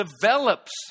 develops